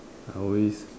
I always